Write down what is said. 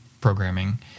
programming